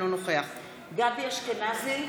אינו נוכח גבי אשכנזי,